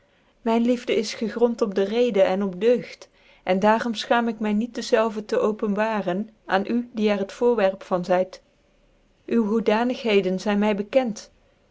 myn liefde is gegrond op de reden en op deugd en daarom ichaamik my niet dezelve tc openbaren aan u die er het voorwerp van zyt uwe hoedanigheden zyn my bekent